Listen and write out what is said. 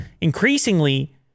increasingly